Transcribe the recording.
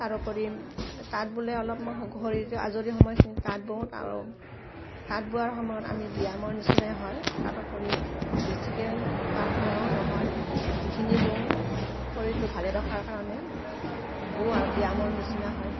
তাৰোপৰি তাঁত বোলে অলপ শৰীৰ আজৰি সময়খিনি তাঁত বওঁ আৰু তাঁত বোৱাৰ সময়ত আমি ব্যায়ামৰ নিচিনাই হয় তাৰোপৰি বেছিকৈ তাঁত বোৱাও নহয় যিখিনি বওঁ শৰীৰটো ভালে ৰখাৰ কাৰণে বওঁ আৰু ব্যায়ামৰ নিচিনা হয়